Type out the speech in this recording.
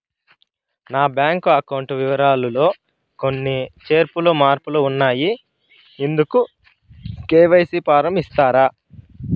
నా bank account వివరాలు లో కొన్ని చేర్పులు మార్పులు ఉన్నాయి, ఇందుకు కె.వై.సి ఫారం ఇస్తారా?